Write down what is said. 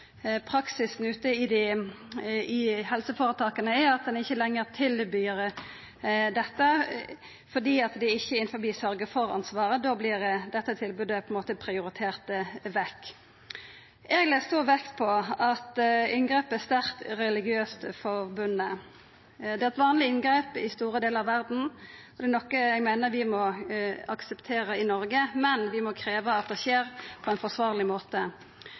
praksisen ute i helseføretaka er at ein ikkje lenger tilbyr dette fordi det ikkje er innanfor sørgje-for-ansvaret. Då vert dette tilbodet prioritert vekk. Eg legg stor vekt på at inngrepet er sterkt religiøst forankra. Det er eit vanleg inngrep i store delar av verda, noko eg meiner vi må akseptera i Noreg, men vi må krevja at det skjer på ein forsvarleg måte.